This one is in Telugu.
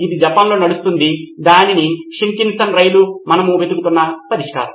ఇది జపాన్లో నడుస్తుంది దాని షింకన్సేన్ రైలు మనము వెతుకుతున్న పరిష్కారం